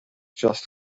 just